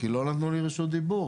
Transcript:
כי לא נתנו לי רשות דיבור.